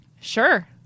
Sure